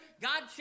God